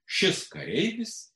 šis kareivis